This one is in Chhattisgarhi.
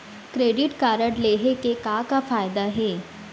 क्रेडिट कारड लेहे के का का फायदा हे?